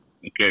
Okay